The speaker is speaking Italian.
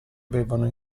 avevano